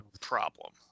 problem